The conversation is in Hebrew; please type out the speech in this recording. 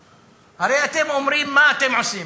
הרי אתם אומרים, מה אתם עושים?